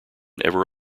ever